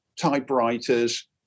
typewriters